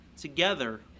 together